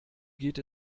geht